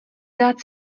dát